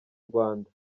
rwanda